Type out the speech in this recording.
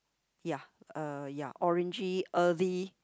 ya uh ya orangey earthy